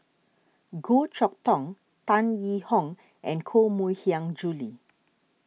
Goh Chok Tong Tan Yee Hong and Koh Mui Hiang Julie